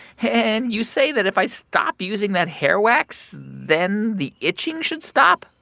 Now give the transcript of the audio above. and you say that if i stop using that hair wax, then the itching should stop?